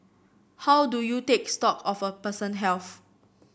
how do you take stock of a person health